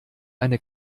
eine